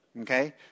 Okay